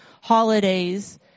holidays